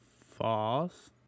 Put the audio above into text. False